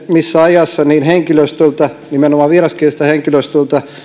missä ajassa henkilöstöltä nimenomaan vieraskieliseltä henkilöstöltä